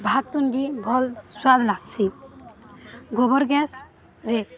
ଭାତ ତୁନ ବି ଭଲ୍ ସ୍ୱାଦ ଲାଗ୍ସି ଗୋବର ଗ୍ୟାସ୍ରେ